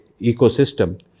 ecosystem